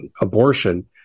abortion